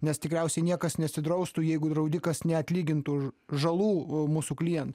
nes tikriausiai niekas nesidraustų jeigu draudikas neatlygintų už žalų mūsų klient